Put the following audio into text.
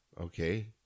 okay